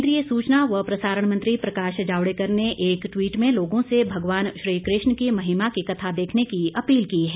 केंद्रीय सूचना व प्रसारण मंत्री प्रकाश जावड़ेकर ने एक ट्वीट में लोगों से भगवान श्री कृष्ण की महिमा की कथा देखने की अपील की है